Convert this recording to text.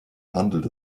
handelt